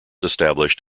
established